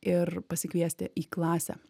ir pasikviesti į klasę